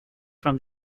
from